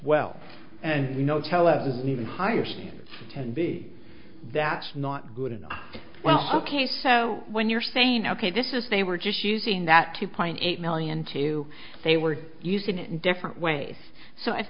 well and you know tell us is an even higher standard ten b that's not good enough well ok so when you're saying ok this is they were just using that two point eight million two they were using it in different ways so if